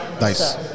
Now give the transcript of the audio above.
Nice